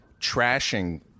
trashing